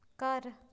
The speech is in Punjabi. ਘਰ